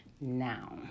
now